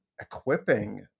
equipping